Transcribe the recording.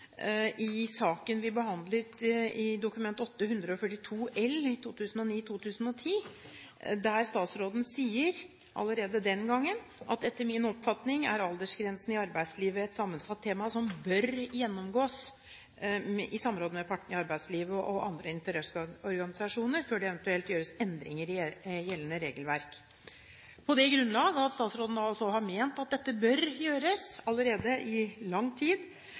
i saken da vi behandlet Dokument 8:142 L for 2009–2010, der statsråden sier – allerede den gangen: «Etter min oppfatning er aldersgrenser i arbeidslivet et sammensatt tema som bør gjennomgås i samråd med partene i arbeidslivet og andre interesseorganisasjoner før det eventuelt gjøres endringer i gjeldende regelverk.» På det grunnlag at statsråden allerede i lang tid altså har ment at dette «bør» gjøres – det er fra debatten vi hadde i